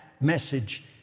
message